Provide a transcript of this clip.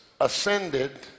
ascended